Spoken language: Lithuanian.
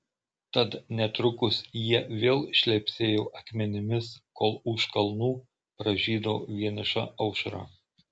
tad netrukus jie vėl šlepsėjo akmenimis kol už kalnų pražydo vieniša aušra